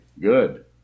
good